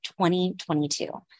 2022